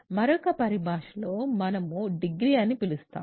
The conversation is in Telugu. మరొక పరిభాషలో మనము డిగ్రీ అని పిలుస్తాము